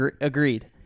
Agreed